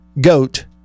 goat